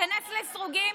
תיכנס לסרוגים,